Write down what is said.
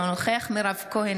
אינו נוכח מירב כהן,